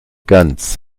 ganz